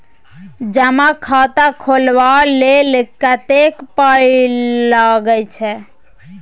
जमा खाता खोलबा लेल कतेक पाय लागय छै